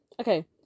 Okay